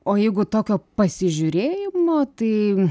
o jeigu tokio pasižiūrėjimo tai